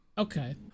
okay